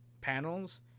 panels